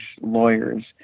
lawyers